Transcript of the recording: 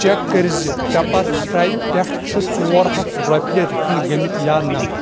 check کٔرۍ زِ paper فرٛاے پٮ۪ٹھ چھِ ژور ہَتھ رۄپیہِ رِفنڈ گٔمٕتۍ یا نہ